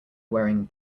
wearing